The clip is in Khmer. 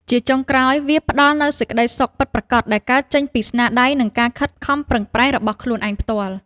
ជាចុងក្រោយ វាផ្ដល់នូវសេចក្ដីសុខពិតប្រាកដដែលកើតចេញពីស្នាដៃ និងការខិតខំប្រឹងប្រែងរបស់ខ្លួនឯងផ្ទាល់។